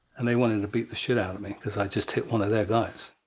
and they wanted to beat the shit out of me because i just hit one of their guys.